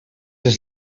les